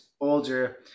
older